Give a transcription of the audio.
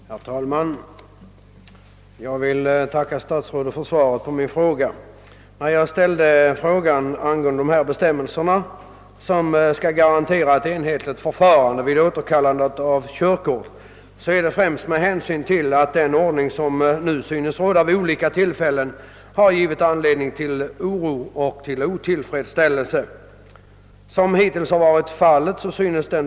Herr talman! Jag ber att få tacka statsrådet för svaret på min fråga. När jag ställde frågan angående bestämmelser som skulle garantera ett enhetligt förfarande vid återkallande av körkort var anledningen främst den att den ordning som nu råder är otillfredsställande och vid olika tillfällen medfört oro för de berörda.